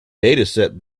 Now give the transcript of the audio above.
dataset